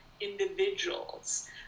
individuals